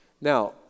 Now